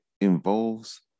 involves